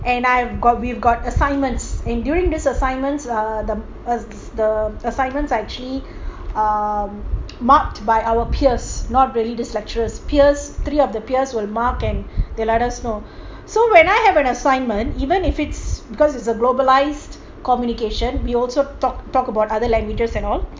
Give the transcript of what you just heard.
and I've got we've got assignments and during these assignments ah the err the assignments actually um marked by our peers not really the lecturers peers three of their peers will mark and they will let us know so when I have an assignment even if it's because it's a globalized communications we also talk talk about other languages and all